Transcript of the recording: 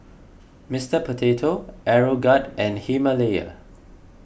Mister Potato Aeroguard and Himalaya